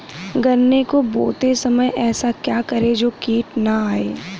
गन्ने को बोते समय ऐसा क्या करें जो कीट न आयें?